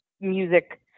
music